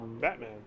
batman